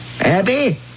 Abby